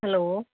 hello